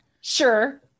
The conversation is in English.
Sure